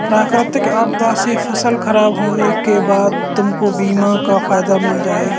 प्राकृतिक आपदा से फसल खराब होने के बाद तुमको बीमा का फायदा मिल जाएगा